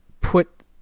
put